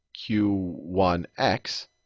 q1x